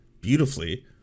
beautifully